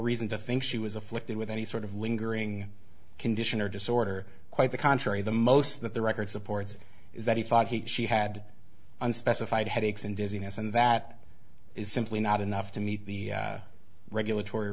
reason to think she was afflicted with any sort of lingering condition or disorder quite the contrary the most that the record supports is that he thought he had unspecified headaches and dizziness and that is simply not enough to meet the regulatory